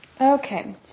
Okay